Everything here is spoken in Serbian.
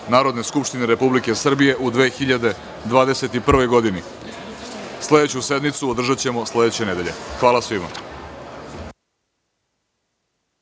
Narodne skupštine Republike Srbije u 2021. godini. Sledeću sednicu održaćemo sledeće nedelje. Hvala svima.